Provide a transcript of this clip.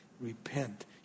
Repent